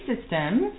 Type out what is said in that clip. systems